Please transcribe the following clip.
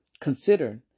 Consider